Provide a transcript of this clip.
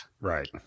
right